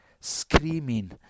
screaming